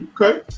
Okay